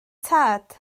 tad